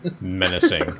menacing